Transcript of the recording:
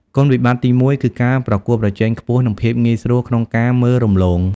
គុណវិបត្តិទីមួយគឺ ការប្រកួតប្រជែងខ្ពស់និងភាពងាយស្រួលក្នុងការមើលរំលង។